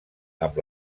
amb